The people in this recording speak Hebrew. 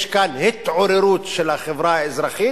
יש כאן התעוררות של החברה האזרחית.